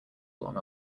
along